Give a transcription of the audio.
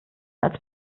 als